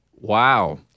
Wow